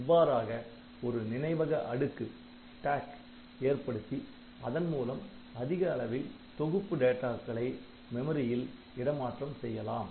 இவ்வாறாக ஒரு நினைவக அடுக்கு ஏற்படுத்தி அதன்மூலம் அதிக அளவில் தொகுப்பு டேட்டாக்களை மெமரியில் இடமாற்றம் செய்யலாம்